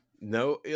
no